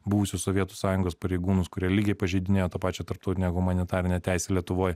buvusių sovietų sąjungos pareigūnus kurie lygiai pažeidinėjo pačią tarptautinę humanitarinę teisę lietuvoj